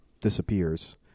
disappears